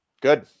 good